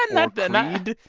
and not the not